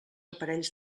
aparells